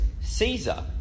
Caesar